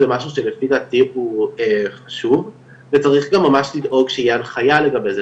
זה משהו שלפי דעתי הוא חשוב וצריך גם ממש לדאוג שתהיה הנחיה לגבי זה,